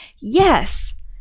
Yes